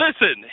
Listen